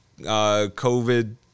COVID